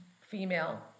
female